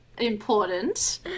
important